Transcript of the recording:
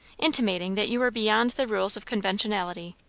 intimating that you were beyond the rules of conventionality.